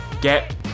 get